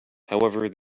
however